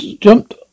jumped